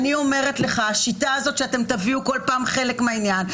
אני אומרת לך שהשיטה הזאת שאתם תביאו בכל פעם חלק מהעניין,